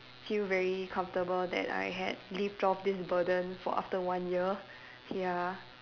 feel very comfortable that I had lift off this burden for after one year ya